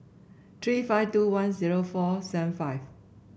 three five two one zero four seven five